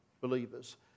believers